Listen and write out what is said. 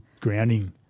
grounding